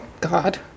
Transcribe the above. God